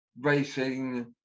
racing